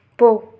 போ